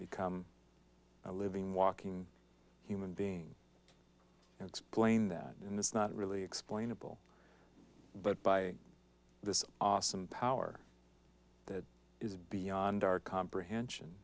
become a living walking human being and explain that in this not really explainable but by this awesome power that is beyond our comprehension